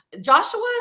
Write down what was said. joshua